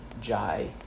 Jai